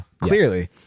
clearly